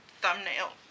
thumbnail